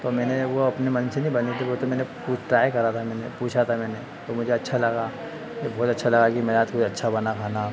तो मैंने वह अपने मन से नहीं बनी थी वह तो मैंने ट्राय करा था मैंने पूछा था मैंने तो मुझे अच्छा लगा मुझे बहुत अच्छा लगा कि मेरे हाथ कुछ अच्छा बना खाना